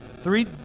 Three